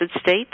state